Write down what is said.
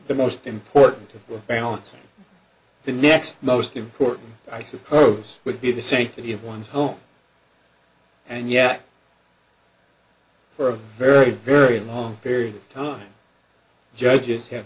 the most important of balancing the next most important i suppose would be the safety of one's home and yet for a very very long period of time judges have